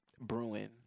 Bruin